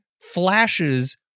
flashes